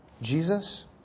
Jesus